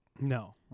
No